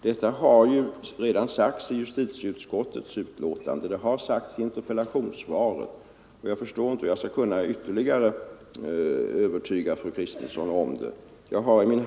Detta har ju behandlats i justitieutskottets betänkande i ärendet, och det har sagts i interpellationssvaret. Jag förstår därför inte vad jag ytterligare skall kunna göra för att övertyga fru Kristensson om att åtgärder vidtagits.